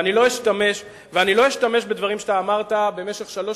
ואני לא אשתמש בדברים שאתה אמרת במשך שלוש